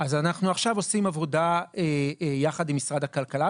אז עכשיו אנחנו עושים עבודה יחד עם משרד הכלכלה,